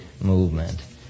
movement